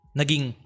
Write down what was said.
naging